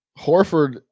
Horford